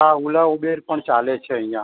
હા ઓલા ઉબેર પણ ચાલે છે અહિયાં